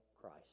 Christ